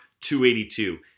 282